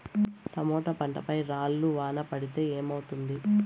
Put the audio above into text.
Tomato పంట పై రాళ్లు వాన పడితే ఏమవుతుంది?